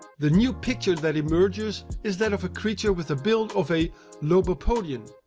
the new picture that emerges is that of a creature with the build of a lobopodian.